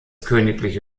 königliche